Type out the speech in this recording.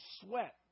sweat